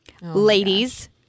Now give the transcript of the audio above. Ladies